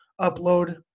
upload